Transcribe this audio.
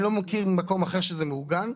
אני לא מכיר מקום אחר שזה מעוגן.